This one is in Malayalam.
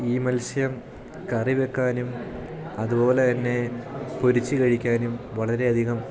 ഈ മത്സ്യം കറി വെക്കാനും അതുപോലെ തന്നെ പൊരിച്ച് കഴിക്കാനും വളരെ അധികം